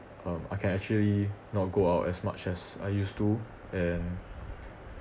um I can actually not go out as much as I used to and